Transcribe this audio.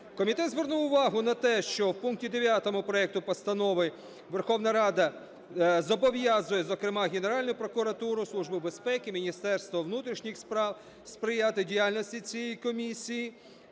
Комітет звернув увагу на те, що в пункті 9 проекту Постанови Верховна Рада зобов'язує, зокрема, Генеральну прокуратуру, Службу безпеки, Міністерство внутрішніх справ сприяти діяльності цій комісії